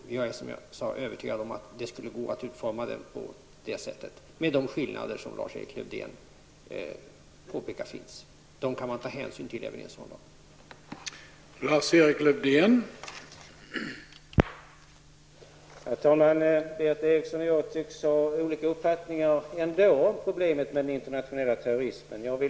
Jag är, som jag sade, övertygad om att det skulle gå att utforma en sådan lag på det sättet, med de skillnader som Lars Erik Lövdén påpekar finns. Dem kan man ta hänsyn till även i en sådan lag.